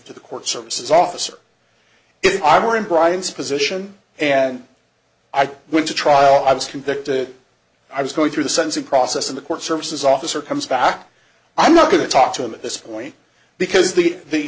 to the court services officer if i were in brian's position and i went to trial i was convicted i was going through the sense of process in the court services officer comes back i'm not going to talk to him at this point because the the